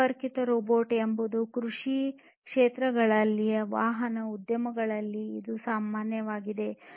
ಸಂಪರ್ಕಿತ ರೊಬೊಟಿಕ್ಸ್ ಎಂಬುದು ಕೃಷಿ ಕ್ಷೇತ್ರಗಳಲ್ಲಿನ ವಾಹನ ಉದ್ಯಮಗಳಲ್ಲಿ ಈಗ ಸಾಮಾನ್ಯವಾಗಿದೆ